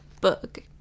book